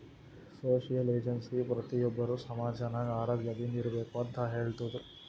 social agency ಪ್ರತಿ ಒಬ್ಬರು ಸಮಾಜ ನಾಗ್ ಆರೋಗ್ಯದಿಂದ್ ಇರ್ಬೇಕ ಅಂತ್ ಹೇಳ್ತುದ್